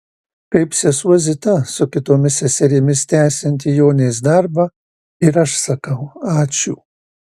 kaip sesuo zita su kitomis seserimis tęsianti jonės darbą ir aš sakau ačiū